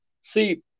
see